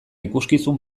ikuskizun